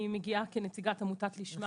אני מגיעה כנציגת עמותת לשמה.